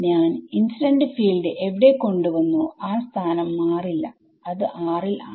ഞാൻ incident field എവിടെ കൊണ്ട് വന്നോ ആ സ്ഥാനം മാറില്ല അത് ൽ ആണ്